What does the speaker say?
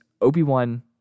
Obi-Wan